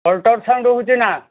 ultrasound ହେଉଛି ନାଁ